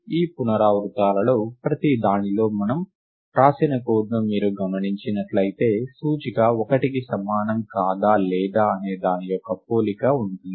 ఈ పునరావృతాలలో ప్రతిదానిలో మనము వ్రాసిన కోడ్ని మీరు గమనించినట్లయితే సూచిక 1కి సమానం కాదా లేదా అనేదాని యొక్క పోలిక ఉంటుంది